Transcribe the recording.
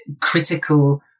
critical